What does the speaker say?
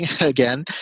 again